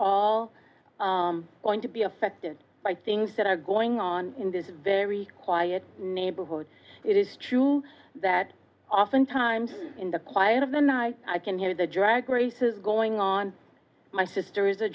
all going to be affected by things that are going on in this very quiet neighborhood it is true that oftentimes in the quiet of the night i can hear the drag race is going on my sister is a